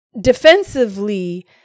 defensively